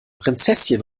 prinzesschen